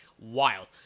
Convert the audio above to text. Wild